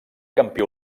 campió